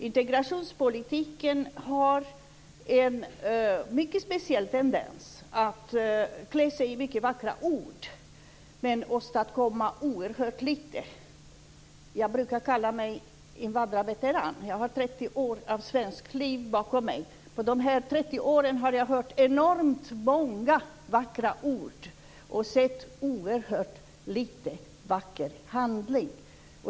Integrationspolitiken har en speciell tendens att klä sig i mycket vackra ord men åstadkomma oerhört lite. Jag brukar kalla mig invandrarveteran; jag har 30 år av svenskt liv bakom mig. På de 30 åren har jag hört enormt många vackra ord och sett oerhört lite vacker handling.